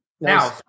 Now